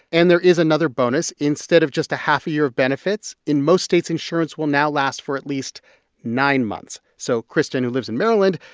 and there is another bonus. instead of just a half a year of benefits, in most states, insurance will now last for at least nine months, so kristin, who lives in maryland,